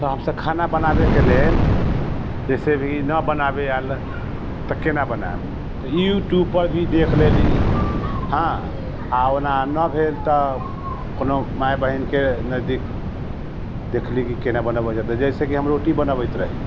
तऽ हमसभ खाना बनाबेके लेल जैसे भी ना बनाबे आयल तऽ केना बनायब तऽ यूट्यूबपर भी देख लेली हँ आ ओना ना भेल तऽ कोनो माय बहिनके नजदीक देखली की केना बनबल जेतै जैसेकि हम रोटी बनबैत रही